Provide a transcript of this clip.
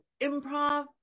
improv